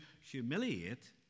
humiliate